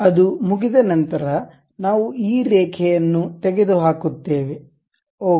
ಅದು ಮುಗಿದ ನಂತರ ನಾವು ಈ ರೇಖೆಯನ್ನು ತೆಗೆದುಹಾಕುತ್ತೇವೆ ಓಕೆ